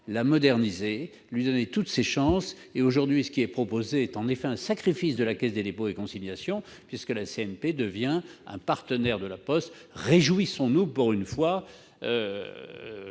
la moderniser et lui donner toutes ses chances. Aujourd'hui, ce qui est proposé est en effet un sacrifice de la Caisse des dépôts et consignations, puisque la CNP devient un partenaire de La Poste. Réjouissons-nous d'avoir pour une fois